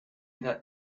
that